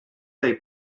they